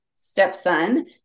stepson